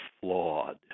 flawed